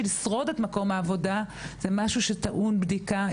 לשרוד את מקום העבודה זה משהו שטעון בדיקה.